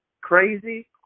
crazy